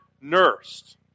nursed